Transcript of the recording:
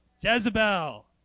Jezebel